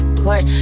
court